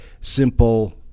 simple